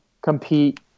compete